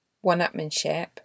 one-upmanship